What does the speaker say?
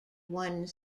one